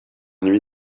nuit